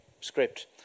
script